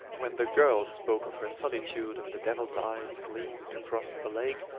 when the girl spoke of her solitude and the devil's eyes gleamed across the lake,